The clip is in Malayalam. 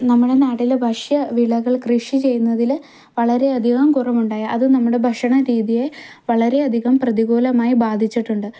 നമ്മുടെ നാട്ടിലെ ഭക്ഷ്യ വിളകൾ കൃഷി ചെയ്യുന്നതിൽ വളരെയധികം കുറവുണ്ടായി അത് നമ്മുടെ ഭക്ഷണരീതിയെ വളരെയധികം പ്രതികൂലമായി ബാധിച്ചിട്ടുണ്ട്